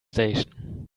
station